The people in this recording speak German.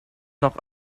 noch